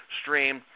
stream